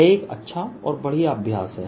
यह एक अच्छाऔर बढ़िया अभ्यास है